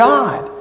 God